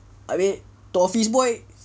abeh itu office boy